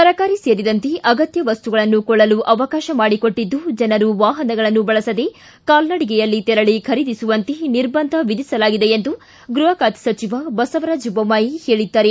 ತರಕಾರಿ ಸೇರಿದಂತೆ ಅಗತ್ಯ ವಸ್ತುಗಳನ್ನು ಕೊಳ್ಳಲು ಅವಕಾಶ ಮಾಡಿಕೊಟ್ಟದ್ದು ಜನರು ವಾಹನಗಳನ್ನು ಬಳಸದೆ ಕಾಲ್ನಡಿಗೆಯಲ್ಲಿ ತೆರಳಿ ಖರೀದಿಸುವಂತೆ ನಿರ್ಭಂದ ವಿಧಿಸಲಾಗಿದೆ ಎಂದು ಗೃಹ ಖಾತೆ ಸಚಿವ ಬಸವರಾಜ್ ಬೊಮ್ಬಾಯಿ ಹೇಳಿದ್ದಾರೆ